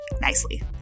nicely